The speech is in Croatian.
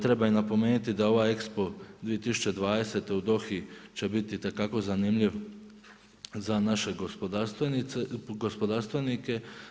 Treba i napomenuti da ovaj EXPO 2020. u Dohi će biti itekako zanimljiv za naše gospodarstvenike.